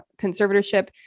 conservatorship